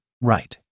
Right